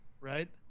right